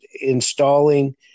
installing